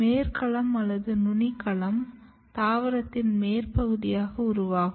மேற் களம் அல்லது நுனி களம் தாவரத்தின் மேற் பகுதியாக உருவாகும்